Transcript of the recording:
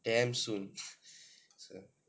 damn soon